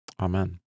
Amen